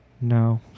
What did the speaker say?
No